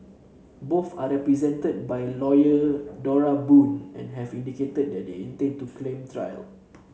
both are represented by lawyer Dora Boon and have indicated that they intend to claim trial